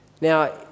Now